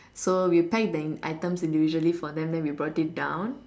so we packed the items individually for them then we brought it down